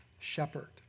Shepherd